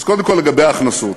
אז קודם כול, לגבי ההכנסות.